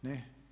Ne.